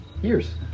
years